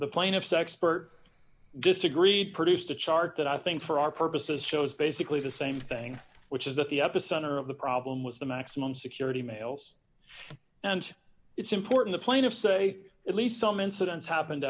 the plaintiff's expert disagreed produced a chart that i think for our purposes shows basically the same thing which is that the epicenter of the problem was the maximum security males and it's important the plaintiffs say at least some incidents happened